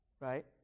right